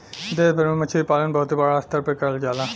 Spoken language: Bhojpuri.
देश भर में मछरी पालन बहुते बड़ा स्तर पे करल जाला